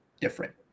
different